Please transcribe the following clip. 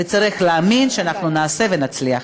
וצריך להאמין שנעשה ונצליח.